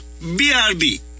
BRB